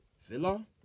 Villa